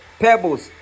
pebbles